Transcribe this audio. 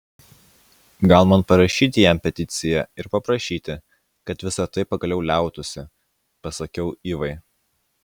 gal man parašyti jam peticiją ir paprašyti kad visa tai pagaliau liautųsi pasakiau ivai